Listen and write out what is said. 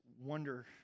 wonder